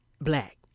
black